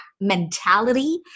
mentality